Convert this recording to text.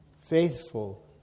faithful